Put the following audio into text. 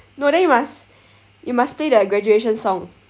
no then you must you must play the graduation song